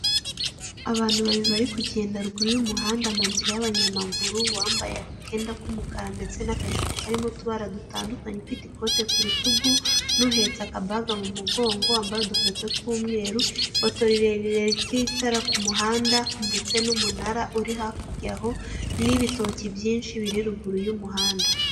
Abantu babiri bari kugenda ruguru y'umuhanda mu nzira y'abanyamaguru, uwambaye akenda k'umukara ndetse n'akajipo karimo utubara dutandukanye ufite ikoti ku rutugu n'uhetse akabaga mu mugongo, wambaye udukweto tw'umweru, ipoto rirerire ry'itara ku muhanda ndetse n'umunara uri hakurya aho n'ibitoki byinshi biri ruguru y'umuhanda.